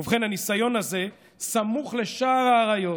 ובכן, הניסיון הזה סמוך לשער האריות,